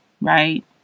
right